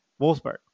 Wolfsburg